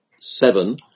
seven